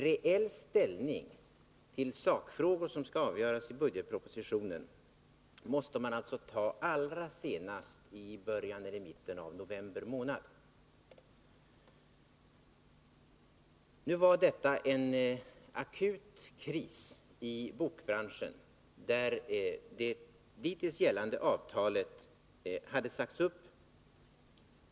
Reell ställning till sakfrågor i budgetpropositionen som skall avgöras måste man alltså ta allra senast i början eller i mitten av november månad. Nu var det en akut kris i bokbranschen, där det dittills gällande avtalet hade sagts upp.